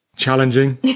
challenging